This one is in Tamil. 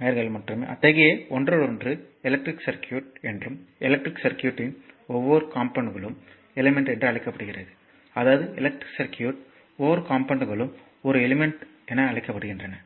வையர்களை மற்றும் அத்தகைய ஒன்றோடொன்று எலக்ட்ரிக் சர்க்யூட் என்றும் எலக்ட்ரிக் சர்க்யூட்யின் ஒவ்வொரு காம்போனென்ட் எலிமெண்ட் என்றும் அழைக்கப்படுகிறது அதாவது எலக்ட்ரிக் சர்க்யூட்யின் ஒவ்வொரு காம்போனென்ட்களும் ஒரு எலிமெண்ட் என அழைக்கப்படுகின்றன